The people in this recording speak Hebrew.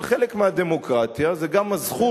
אבל חלק מהדמוקרטיה זה גם הזכות,